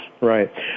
Right